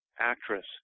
actress